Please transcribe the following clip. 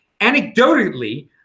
Anecdotally